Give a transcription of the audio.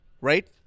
right